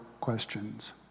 questions